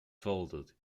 folded